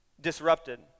disrupted